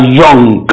young